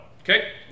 Okay